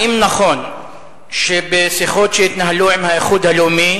האם נכון שבשיחות שהתנהלו עם האיחוד הלאומי